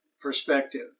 perspective